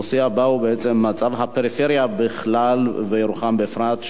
הנושא הבא הוא בעצם מצב הפריפריה בכלל וירוחם בפרט,